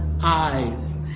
Eyes